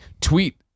Tweet